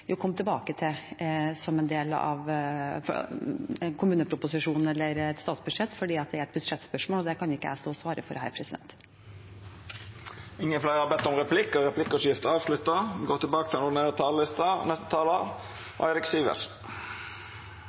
komme tilbake til som en del av en kommuneproposisjon eller et statsbudsjett, for det er et budsjettspørsmål, og det kan ikke jeg stå her og svare på. Replikkordskiftet er omme. Dei talarane som heretter får ordet, har